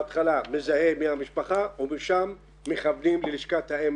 בהתחלה הוא מזהה מי המשפחה ומשם מכוונים ללשכת האם,